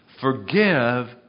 Forgive